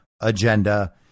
agenda